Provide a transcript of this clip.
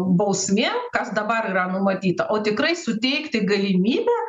bausmėm kas dabar yra numatyta o tikrai suteikti galimybę